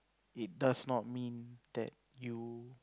it does not mean that you